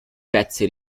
pezzi